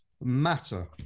matter